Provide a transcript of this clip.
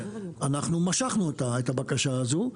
אנחנו משכנו את הבקשה הזו,